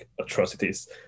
atrocities